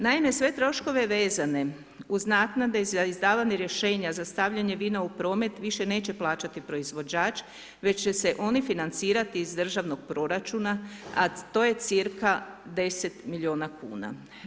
Naime, sve troškove vezane uz naknade za izdavanje rješenja za stavljanje vina u promet više neće plaćati proizvođač već će se oni financirati iz državnog proračuna a to je cca. 10 milijuna kuna.